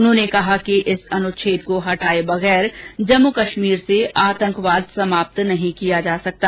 उन्होंने कहा कि इस अनुच्छेद को हटाये बगैर जम्मू कश्मीर से आतंकवाद नहीं हटाया जा सकता